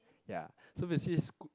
ya so basically s~